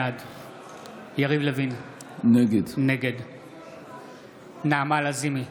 בעד יריב לוין, נגד נעמה לזימי,